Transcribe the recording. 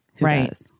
right